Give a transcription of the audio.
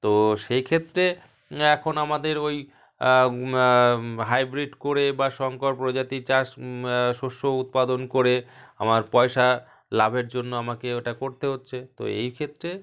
তো সেইক্ষেত্রে এখন আমাদের ওই হাইব্রিড করে বা শঙ্কর প্রজাতির চাষ শস্য উৎপাদন করে আমার পয়সা লাভের জন্য আমাকে ওটা করতে হচ্ছে তো এইক্ষেত্রে